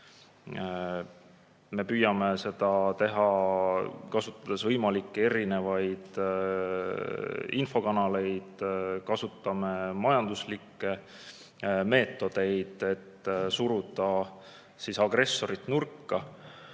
Me püüame seda teha, kasutades kõikvõimalikke erinevaid infokanaleid ja kasutades majanduslikke meetodeid, et suruda agressor nurka.